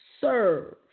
serve